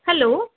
hello